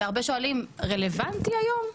הרבה שואלים האם זה רלוונטי היום,